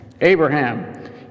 Abraham